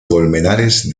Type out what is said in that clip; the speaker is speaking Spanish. colmenares